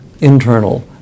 internal